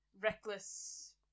reckless